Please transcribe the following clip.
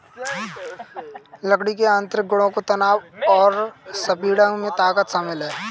लकड़ी के यांत्रिक गुणों में तनाव और संपीड़न में ताकत शामिल है